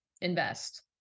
invest